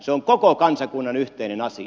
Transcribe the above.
se on koko kansakunnan yhteinen asia